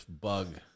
bug